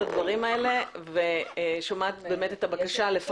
הדברים האלה ושומעת את הבקשה שמבקשים,